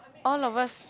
all of us